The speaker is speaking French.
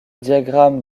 diagramme